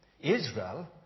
Israel